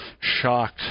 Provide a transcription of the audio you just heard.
shocked